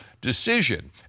decision